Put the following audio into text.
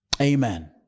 Amen